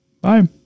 Bye